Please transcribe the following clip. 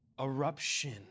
eruption